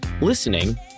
listening